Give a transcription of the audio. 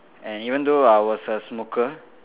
and even though I was a smoker